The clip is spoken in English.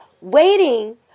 waiting